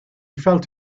felt